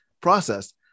process